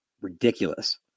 Ridiculous